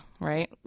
right